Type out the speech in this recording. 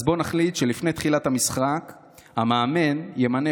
אז בוא נחליט שלפני תחילת המשחק המאמן ימנה